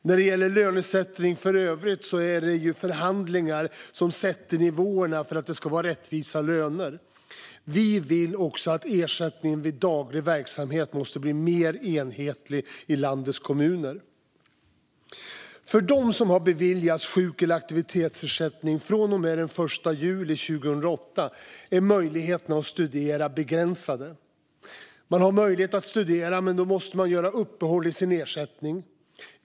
När det gäller lönesättning för övrigt är det i förhandlingar som nivåerna sätts för att det ska vara rättvisa löner. Vi anser att också ersättningen vid daglig ersättning måste bli mer enhetlig i landets kommuner. För dem som har beviljats sjuk eller aktivitetsersättning från och med den 1 juli 2008 är möjligheterna att studera begränsade. De har möjlighet att studera, men då måste de göra uppehåll i sin ersättning.